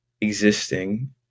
existing